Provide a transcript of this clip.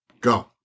Go